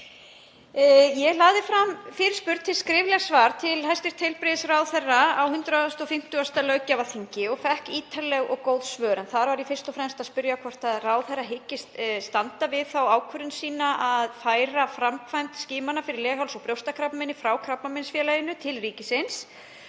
Ég lagði fram fyrirspurn til skriflegs svars til hæstv. heilbrigðisráðherra á 150. löggjafarþingi og fékk ítarleg og góð svör, en þar var ég fyrst og fremst að spyrja hvort ráðherra hygðist standa við þá ákvörðun sína að færa framkvæmd skimana fyrir legháls- og brjóstakrabbameini frá Krabbameinsfélaginu til ríkisins.